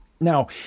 Now